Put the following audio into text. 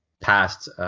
past